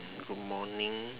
good morning